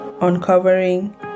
uncovering